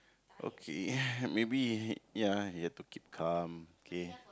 okay maybe ya you have to keep calm okay